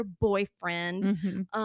boyfriend